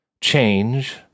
change